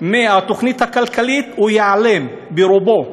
מהתוכנית הכלכלית ייעלם ברובו.